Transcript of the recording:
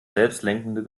selbstlenkende